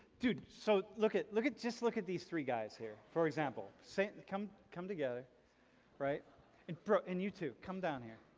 dude? so look at, look at just look at these three guys here for example. and come, come together right and bro and you too, come down here.